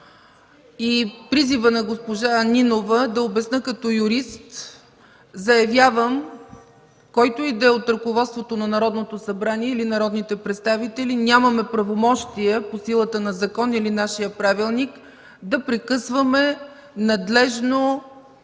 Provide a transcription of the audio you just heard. и призива на госпожа Нинова – да обясня като юрист, заявявам, че който и да е от ръководството на Народното събрание или народните представители нямаме правомощия по силата на закон или нашия правилник да прекъсваме надлежно